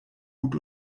gut